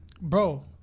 Bro